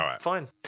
fine